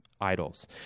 Idols